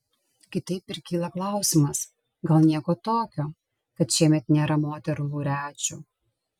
kitaip ir kyla klausimas gal nieko tokio kad šiemet nėra moterų laureačių